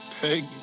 Peg